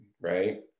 right